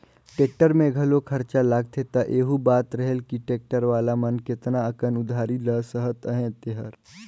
tractor में घलो खरचा लागथे त एहू बात रहेल कि टेक्टर वाला मन केतना अकन उधारी ल सहत अहें तेहर